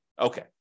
Okay